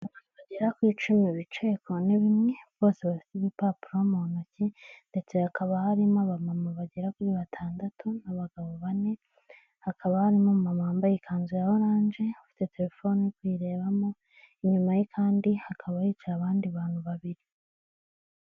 Bagera ku icumi bicaye ku ntebe imwe bose bafite ibipapuro mu ntoki ndetse hakaba harimo aba mama bagera kuri batandatu n'abagabo bane, hakaba harimo umumama wambaye ikanzu ya oranje afite telefone uri kuyirebamo, inyuma ye kandi hakaba hicaye abandi bantu babiri.